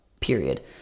period